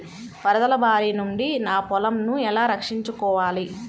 వరదల భారి నుండి నా పొలంను ఎలా రక్షించుకోవాలి?